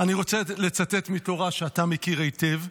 אני רוצה לצטט מתורה שאתה מכיר היטב.